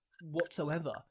whatsoever